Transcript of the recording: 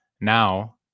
Now